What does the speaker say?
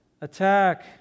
Attack